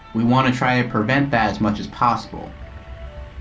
we wanna try to prevent as much as possible.